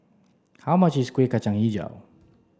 how much is Kueh Kacang Hijau